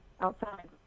outside